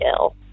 ill